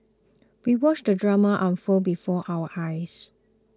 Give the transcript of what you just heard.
we watched the drama unfold before our eyes